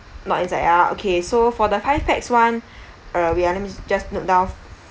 not inside ah okay so for the five pax one uh wait ah let me just note down